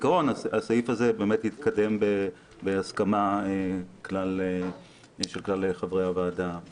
הסעיף הזה התקדם בהסכמה של כלל חברי הוועדה.